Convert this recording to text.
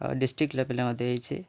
district ଲେବୁଲ୍ରେ ମଧ୍ୟ ହୋଇଛି